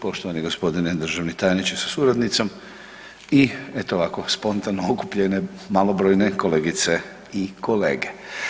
Poštovani gospodine državni tajniče sa suradnicom i eto ovako spontano okupljene malobrojne kolegice i kolege.